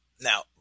Now